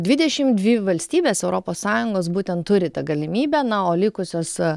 dvidešimt dvi valstybės europos sąjungos būtent turi tą galimybę na o likusios